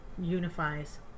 unifies